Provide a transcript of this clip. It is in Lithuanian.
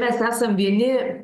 mes esam vieni